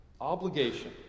Obligation